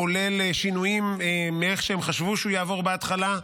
כולל שינויים מאיך שהם חשבו שהוא יעבור בהתחלה,